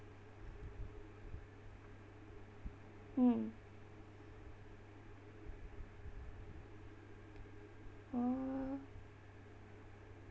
mm uh